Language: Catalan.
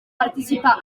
participar